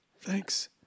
Thanks